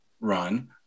run